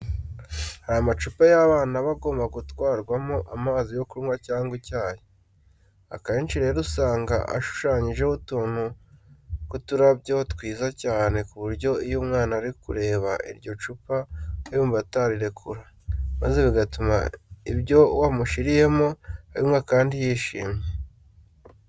Hari amacupa y'abana aba agomba gutwarwamo amazi yo kunywa cyangwa icyayi. Akenshi rero usanga ashushanyijeho utuntu tw'uturabyo twiza cyane ku buryo iyo umwana ari kureba iryo cupa aba yumva atarirekura, maze bigatuma ibyo wamushyiriyemo abinywa kandi yishimye.